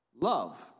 love